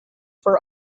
for